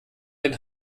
den